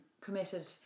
committed